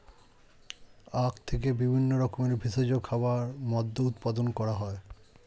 আখ থেকে বিভিন্ন রকমের ভেষজ খাবার, মদ্য উৎপাদন করা হয়